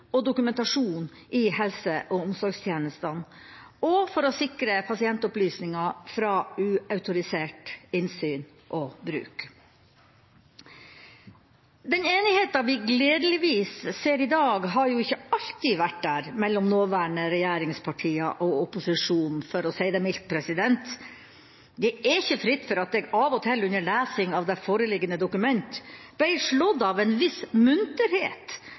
i dokumentasjon i helse- og omsorgstjenestene og for å sikre pasientopplysningene fra uautorisert innsyn og bruk. Den enigheten vi gledeligvis ser i dag, har jo ikke alltid vært der mellom de nåværende regjeringspartier og opposisjonen – for å si det mildt. Det er ikke fritt for at jeg av og til under lesing av det foreliggende dokument ble slått av en viss munterhet